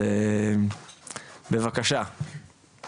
אז בבקשה יפתח עשהאל.